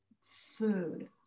food